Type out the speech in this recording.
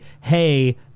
hey